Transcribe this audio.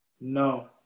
No